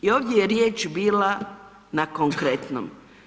I ovdje je riječ bila na konkretnom.